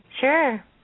Sure